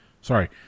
Sorry